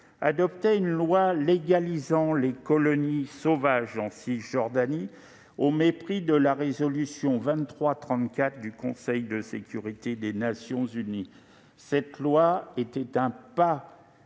adoptait une loi légalisant les colonies sauvages en Cisjordanie, au mépris de la résolution 2334 du Conseil de sécurité des Nations unies. Cette loi était déjà un pas